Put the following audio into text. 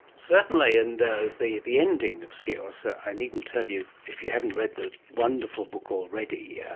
certainly. and the the ending of skios, so i needn't tell you, if you haven't read the wonderful book already, yeah